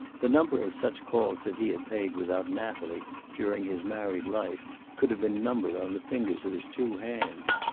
the number of such calls that he had paid without natalie during his married life could have been numbered on the fingers of his two hands.